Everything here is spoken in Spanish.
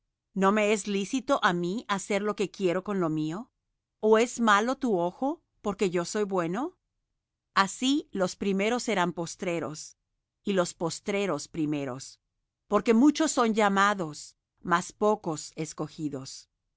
no me es lícito á mi hacer lo que quiero con lo mío ó es malo tu ojo porque yo soy bueno así los primeros serán postreros y los postreros primeros porque muchos son llamados mas pocos escogidos